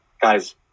guys